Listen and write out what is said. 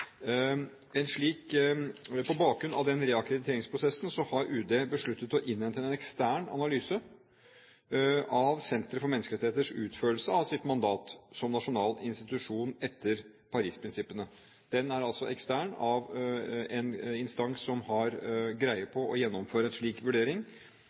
På bakgrunn av den reakkrediteringsprosessen har UD besluttet å innhente en ekstern analyse av Norsk senter for menneskerettigheters utførelse av sitt mandat som nasjonal institusjon etter Paris-prinsippene. Den er altså ekstern og skal gjennomføres av en instans som har greie på å gjennomføre en slik vurdering,